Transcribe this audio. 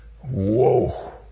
whoa